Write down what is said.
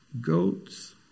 Goats